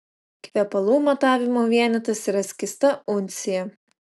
kvepalų matavimo vienetas yra skysta uncija